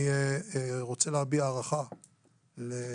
אני רוצה להביע הערכה לרמטכ"ל,